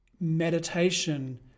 meditation